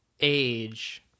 age